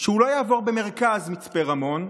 שהוא לא יעבור במרכז מצפה רמון,